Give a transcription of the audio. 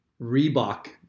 Reebok